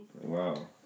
Wow